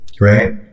right